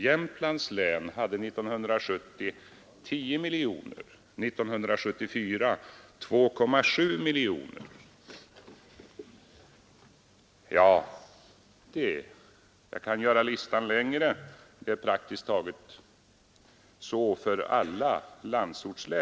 Jämtlands län hade 1970 10 miljoner och skall 1974 ha 2,7 miljoner. Jag kan göra listan längre. Det är så här för praktiskt taget alla Nr 146 landsortslän.